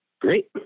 Great